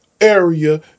area